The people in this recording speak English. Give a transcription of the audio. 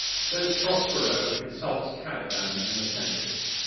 so prospero insults caliban in the tempest,